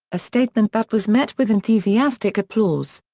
a statement that was met with enthusiastic applause.